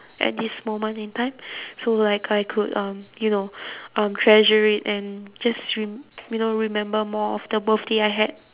at this moment in time so like I could um you know um treasure it and just rem~ you know remember more of the birthday I had